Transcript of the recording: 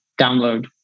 download